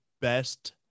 best